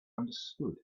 understood